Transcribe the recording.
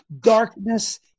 Darkness